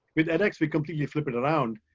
with edx, we completely flip it around.